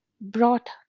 brought